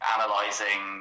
Analyzing